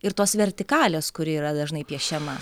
ir tos vertikalės kuri yra dažnai piešiama